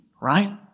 right